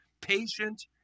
patient